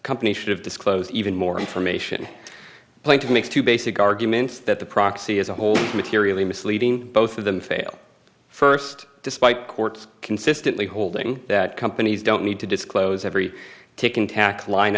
company should have disclosed even more information plaintiff makes two basic arguments that the proxy as a whole materially misleading both of them failed first despite courts consistently holding that companies don't need to disclose every ticking tax line